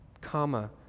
comma